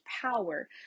power